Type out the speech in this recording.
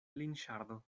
linŝardo